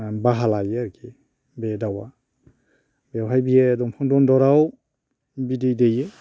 ओ बाहा लायो आरोखि बे दाउआ बेवहाय बियो दंफां दनदराव बिदै दैयो